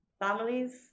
families